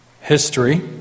history